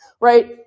Right